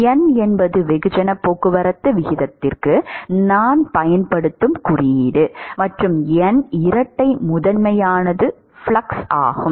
N என்பது வெகுஜன போக்குவரத்து விகிதத்திற்கு நான் பயன்படுத்தும் குறியீடு மற்றும் N இரட்டை முதன்மையானது ஃப்ளக்ஸ் ஆகும்